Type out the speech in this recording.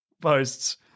posts